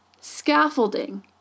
scaffolding